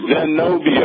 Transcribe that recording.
Zenobia